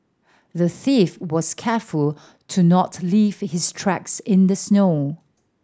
the thief was careful to not leave his tracks in the snow